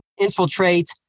infiltrate